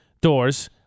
doors